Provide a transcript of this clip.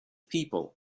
people